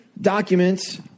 documents